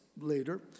later